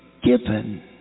given